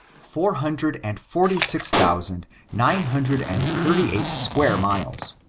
four hundred and forty-six thousand, nine hundred and thirty-eight square miles,